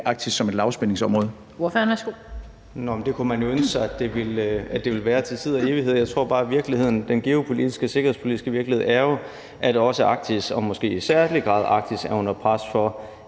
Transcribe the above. Arktis som et lavspændingsområde.